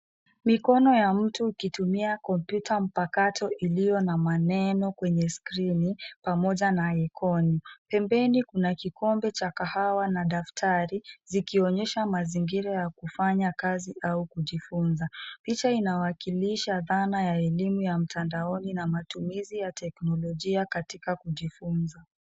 Mikono ya mtu ikitumia kompyuta mpakato iliyo na maneno kwenye skrini pamoja na ikoni. Pembeni kuna kikombe cha kahawa na daftari, zikionesha mazingira ya kufanya kazi au kujifunza. Picha inawakislisha dhana ya elimu ya mtandaoni na matumizi ya teknologia katika kujifunza.